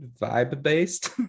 vibe-based